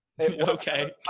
Okay